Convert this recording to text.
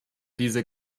dieser